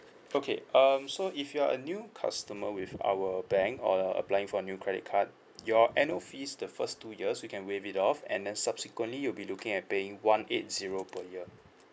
okay um so if you're a new customer with our bank or applying for a new credit card your annual fees the first two years we can waive it off and then subsequently you'll be looking at paying one eight zero per year